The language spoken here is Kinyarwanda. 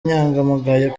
inyangamugayo